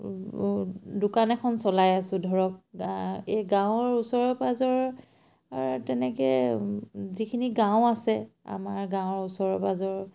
দোকান এখন চলাই আছো ধৰক এই গাঁৱৰ ওচৰে পাঁজৰে তেনেকৈ যিখিনি গাঁও আছে আমাৰ গাঁৱৰ ওচৰে পাঁজৰৰ